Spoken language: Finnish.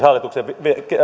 hallituksen